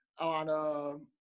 on